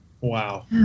Wow